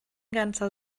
ganzer